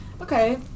Okay